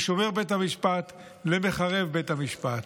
משומר בית המשפט למחרב בית המשפט.